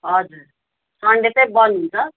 हजुर सनडे चाहिँ बन्द हुन्छ